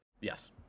Yes